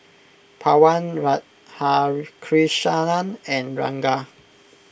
Pawan Radhakrishnan and Ranga